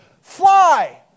fly